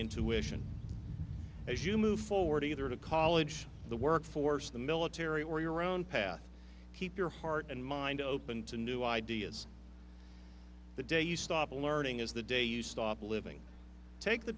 intuition as you move forward either to college the workforce the military or your own path keep your heart and mind open to new ideas the day you stop learning is the day you stop living take the